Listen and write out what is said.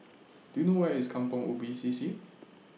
Do YOU know Where IS Kampong Ubi C C